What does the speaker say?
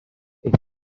eich